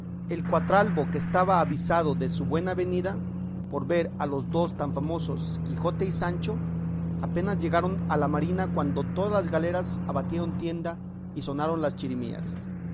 el cuatralbo que estaba avisado de su buena venida por ver a los dos tan famosos quijote y sancho apenas llegaron a la marina cuando todas las galeras abatieron tienda y sonaron las chirimías